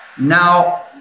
Now